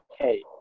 okay